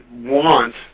want